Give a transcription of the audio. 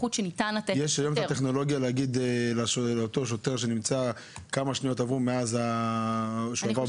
יש לשוטר טכנולוגיה שתגיד כמה שניות עברו מאז שהוא עבר באור אדום?